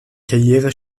karriere